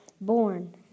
born